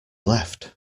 left